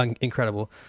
incredible